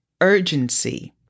urgency